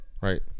Right